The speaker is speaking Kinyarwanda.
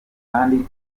kandi